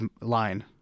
line